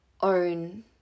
own